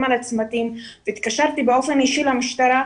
על הצמתים - והתקשרתי באופן אישי למשטרה.